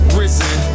risen